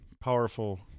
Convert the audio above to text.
Powerful